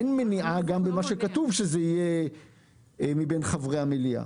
אין מניעה גם במה שכתוב שזה יהיה מבין חברי המליאה.